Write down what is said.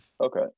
okay